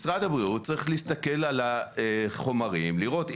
משרד הבריאות צריך להסתכל על החומרים ולראות.